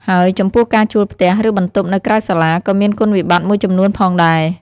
ហើយចំពោះ ការជួលផ្ទះ ឬបន្ទប់នៅក្រៅសាលាក៏មានគុណវិបត្តិមួយចំនួនផងដែរ។